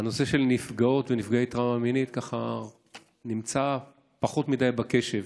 הנושא של נפגעות ונפגעי טראומה מינית נמצא פחות מדי בקשב.